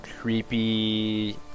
creepy